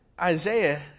Isaiah